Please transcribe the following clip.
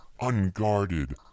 Unguarded